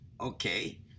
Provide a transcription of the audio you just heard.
Okay